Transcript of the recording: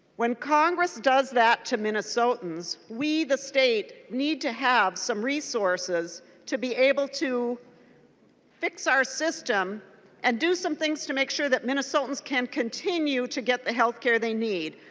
when congress does that to minnesotans we the state need to have some resources to be able to fix our system and do some things to make sure that minnesotans can continue to get the healthcare they need.